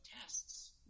tests